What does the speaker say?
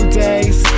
days